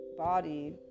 body